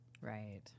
Right